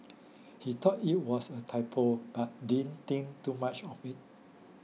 he thought it was a typo but didn't think too much of it